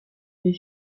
est